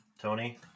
Tony